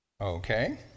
Okay